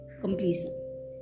completion